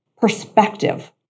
perspective